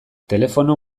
telefono